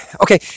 Okay